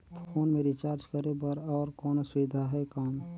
Phone मे recharge करे बर और कोनो सुविधा है कौन?